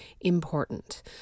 important